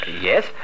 Yes